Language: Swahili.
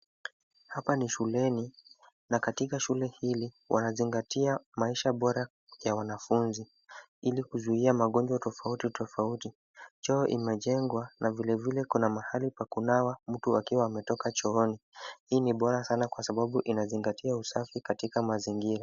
Hapa ni shuleni, na katika shule hili, wanazingatia maisha bora ya wanafunzi ili kuzuia magonjwa tofauti tofauti. Choo imejengwa na vilevile kuna mahali pa kunawa mtu akiwa ametoka chooni. Hii ni bora sana kwa sababu inazingatia usafi katika mazingira.